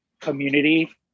community